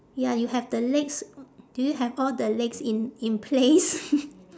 ya you have the legs do you have all the legs in in place